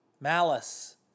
malice